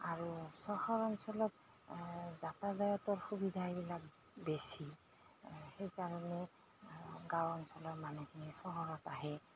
আৰু চহৰ অঞ্চলত যাতায়তৰ সুবিধবিলাক বেছি সেইকাৰণে গাঁও অঞ্চলৰ মানুহখিনিয়ে চহৰত আহে